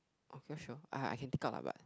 okay sure I I can take out but